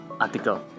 article